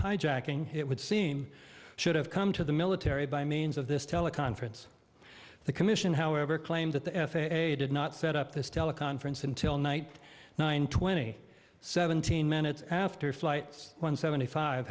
hijacking it would seem should have come to the military by means of this teleconference the commission however claimed that the f a a did not set up this teleconference until night nine twenty seventeen minutes after flight one seventy five